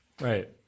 Right